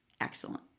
Excellent